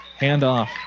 Handoff